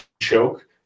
choke